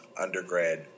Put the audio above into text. undergrad